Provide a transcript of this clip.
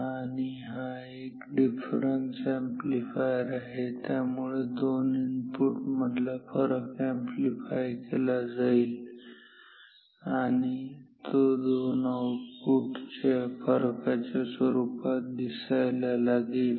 आणि हा एक डिफरन्स अॅम्प्लीफायर आहे त्यामुळे दोन इनपुट मधला फरक अॅम्प्लीफाय केला जाईल आणि तो दोन आउटपुटच्या फरकाच्या स्वरुपात दिसायला लागेल